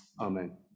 amen